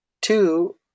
two